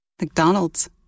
McDonald's